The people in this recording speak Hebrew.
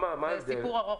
זה סיפור ארוך.